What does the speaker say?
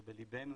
זה בליבנו,